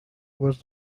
was